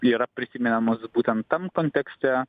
yra prisimenamas būtent tam kontekste